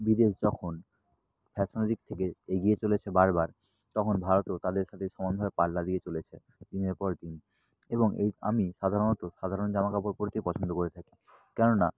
বিদেশ যখন ফ্যাশনের দিক থেকে এগিয়ে চলেছে বার বার তখন ভারতও তাদের সাথে সমানভাবে পাল্লা দিয়ে চলেছে দিনের পর দিন এবং এই আমি সাধারণত সাধারণ জামাকাপড় পরতেই পছন্দ করে থাকি কেননা